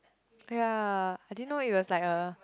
ya I didn't know it was like a